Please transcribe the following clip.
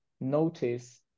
notice